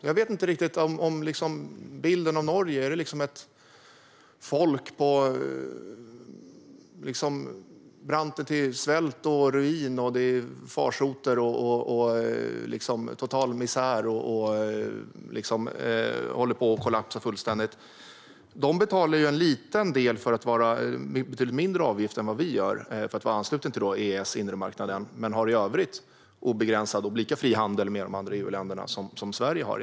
Jag vet inte hur bilden av Norge är. Är det att folket står på ruinens brant, att det är svält, farsoter och total misär och att landet fullständigt håller på och kollapsar? De betalar ju en betydligt mindre avgift än vad vi gör för att vara anslutna till EES, inre marknaden. Men de har i övrigt obegränsad och lika fri handel med EU-länderna som Sverige har.